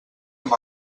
amb